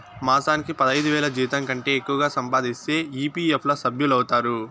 మాసానికి పదైదువేల జీతంకంటే ఎక్కువగా సంపాదిస్తే ఈ.పీ.ఎఫ్ ల సభ్యులౌతారు